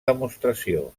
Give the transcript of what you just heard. demostració